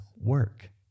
work